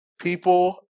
people